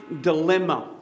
dilemma